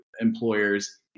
employers